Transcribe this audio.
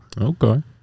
Okay